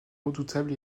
redoutable